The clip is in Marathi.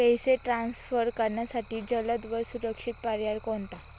पैसे ट्रान्सफर करण्यासाठी जलद व सुरक्षित पर्याय कोणता?